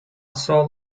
sol